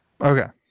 okay